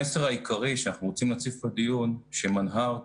המסר העיקרי שאנחנו רוצים להציף בדיון הוא שמנה"ר,